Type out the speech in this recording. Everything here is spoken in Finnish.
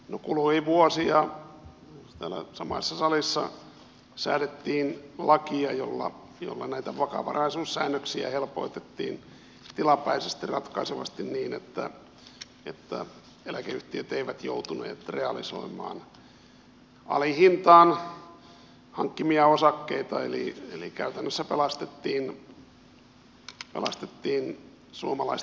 no kului vuosi ja täällä samaisessa salissa säädettiin lakia jolla näitä vakavaraisuussäännöksiä helpotettiin tilapäisesti ratkaisevasti niin että eläkeyhtiöt eivät joutuneet realisoimaan alihintaan hankkimiaan osakkeita eli käytännössä pelastettiin suomalaisten työeläkkeet